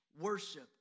worship